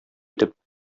итеп